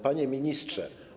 Panie Ministrze!